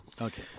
Okay